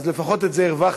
אז לפחות את זה הרווחתם.